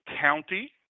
county